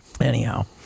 anyhow